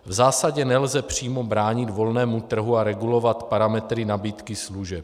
V zásadě nelze přímo bránit volnému trhu a regulovat parametry nabídky služeb.